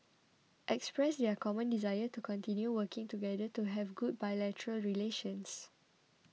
expressed their common desire to continue working together to have good bilateral relations